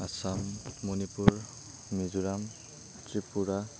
Assam Manipur Mizoram Tripura